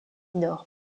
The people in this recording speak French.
nord